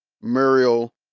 Muriel